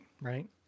Right